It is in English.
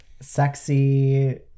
Sexy